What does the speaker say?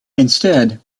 instead